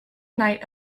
night